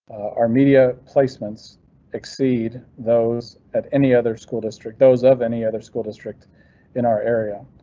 our media placements exceed those at any other school district. those of any other school district in our area,